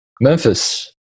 Memphis